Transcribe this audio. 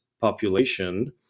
population